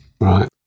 Right